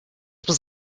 was